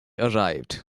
arrived